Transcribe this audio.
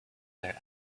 their